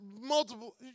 multiple